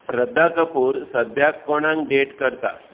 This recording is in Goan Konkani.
श्रद्धा कपूर सद्याक कोणाक डेट करता